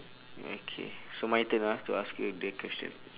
okay so my turn ah to ask you the question